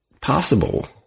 possible